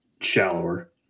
shallower